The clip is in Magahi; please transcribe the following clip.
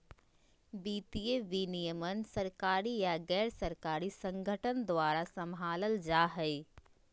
वित्तीय विनियमन सरकारी या गैर सरकारी संगठन द्वारा सम्भालल जा हय